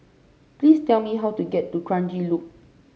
please tell me how to get to Kranji Loop